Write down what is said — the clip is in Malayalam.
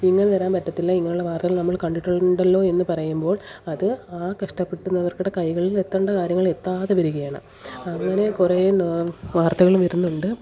ഇങ്ങനെ തരാൻ പറ്റത്തില്ല ഇങ്ങനെയുള്ള വാർത്തകൾ നമ്മൾ കണ്ടിട്ടുണ്ടല്ലോ എന്നു പറയുമ്പോൾ അത് ആ കഷ്ടപ്പെടുന്നവർക്കടെ കൈകളിൽ എത്തേണ്ട കാര്യങ്ങൾ എത്താതെ വരികയാണ് അങ്ങനെ കുറെ വാർത്തകൾ വരുന്നുണ്ട്